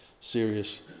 serious